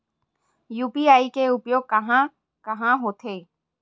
UPI के उपयोग कहां कहा होथे?